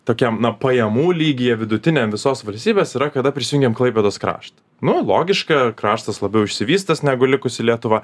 tokiam na pajamų lygyje vidutiniam visos valstybės yra kada prisijungėm klaipėdos krašt nu logiška kraštas labiau išsivystęs negu likusi lietuva